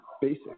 basic